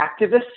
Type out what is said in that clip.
activists